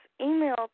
email